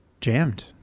jammed